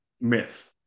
myth